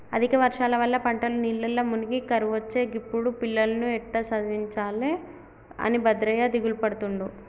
అధిక వర్షాల వల్ల పంటలు నీళ్లల్ల మునిగి కరువొచ్చే గిప్పుడు పిల్లలను ఎట్టా చదివించాలె అని భద్రయ్య దిగులుపడుతుండు